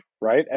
right